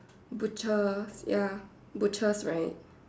butcher ya butchers right